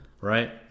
right